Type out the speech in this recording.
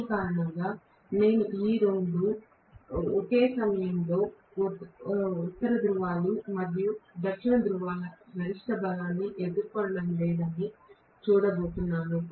ఈ కారణంగా నేను రెండూ ఒకే సమయంలో ఉత్తర ధ్రువాలు మరియు దక్షిణ ధ్రువాల గరిష్ట బలాన్ని ఎదుర్కొనడం లేదని చూడబోతున్నాను